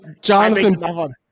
Jonathan